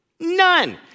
None